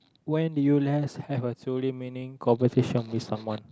when did you last have a truly meaning conversation with someone